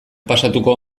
pasatuko